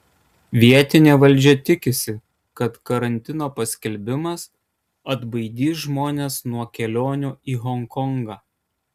vietinė valdžia tikisi kad karantino paskelbimas atbaidys žmones nuo kelionių į honkongą